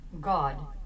God